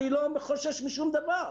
אני לא חושש משום דבר.